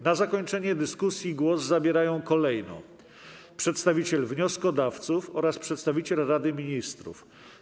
Na zakończenie dyskusji głos zabierają kolejno przedstawiciel wnioskodawców oraz przedstawiciel Rady Ministrów.